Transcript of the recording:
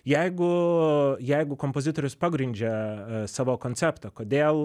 jeigu jeigu kompozitorius pagrindžia savo konceptą kodėl